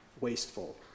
wasteful